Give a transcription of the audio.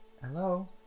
Hello